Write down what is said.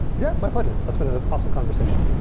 yeah, my pleasure. it's been an awesome conversation